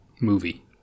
movie